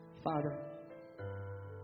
Father